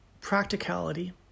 Practicality